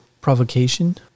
provocation